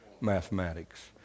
mathematics